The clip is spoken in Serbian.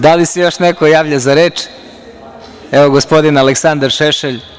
Da li se još neko javlja za reč? (Da) Evo, gospodin Aleksandar Šešelj.